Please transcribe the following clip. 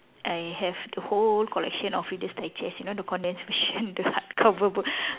I have the whole collection of reader's digest you know the condensed version the hardcover book